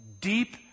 deep